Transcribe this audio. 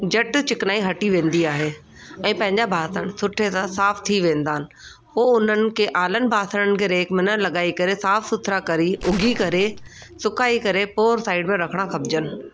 झटि चिकनाई हटी वेंदी आहे ऐं पंहिंजा बासण सुठे सां साफ़ु थी वेंदा आहिनि उहो हुननि खे आलनि बासणनि खे रेक में न लॻाए करे साफ़ु सुथिरा करी उॻी करे सुकाए करे पोइ साइड में रखिणा खपिजनि